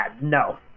no